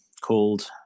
called